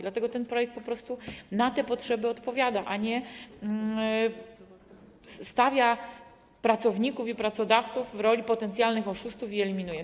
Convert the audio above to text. Dlatego ten projekt na te potrzeby odpowiada, a nie stawia pracowników i pracodawców w roli potencjalnych oszustów, eliminuje.